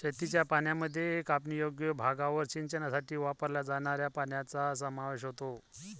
शेतीच्या पाण्यामध्ये कापणीयोग्य भागावर सिंचनासाठी वापरल्या जाणाऱ्या पाण्याचा समावेश होतो